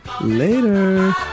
Later